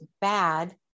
bad